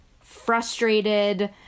frustrated